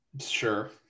Sure